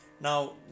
now